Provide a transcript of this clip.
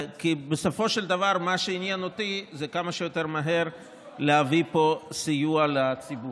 כי בסופו של דבר מה שעניין אותי זה כמה שיותר מהר להביא פה סיוע לציבור.